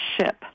ship